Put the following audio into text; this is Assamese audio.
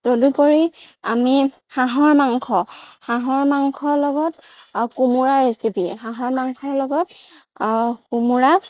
তদুপৰি আমি হাঁহৰ মাংস হাঁহৰ মাংসৰ লগত কোমোৰাৰ ৰেচিপি হাঁহৰ মাংসৰ লগত কোমোৰা